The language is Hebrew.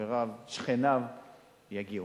חבריו ושכניו יגיעו.